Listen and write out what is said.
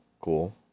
cool